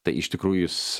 tai iš tikrųjų jis